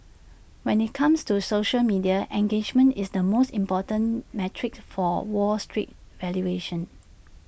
when IT comes to social media engagement is the most important metric for wall street valuations